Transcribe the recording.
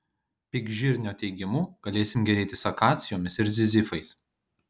pikžirnio teigimu galėsim gėrėtis akacijomis ir zizifais